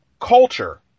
culture